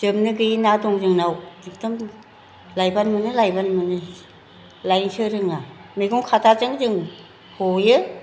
जोबनो गैयि ना दं जोंनाव एखदम लायबानो मोनो लायबानो मोनो लायनोसो रोङा मैगं खादाजोंनो जों हयो